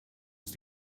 ist